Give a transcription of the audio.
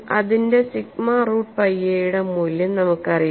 അതിന്റെ sigma root pi A യുടെ മൂല്യം നമുക്കറിയാം